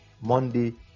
Monday